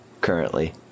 currently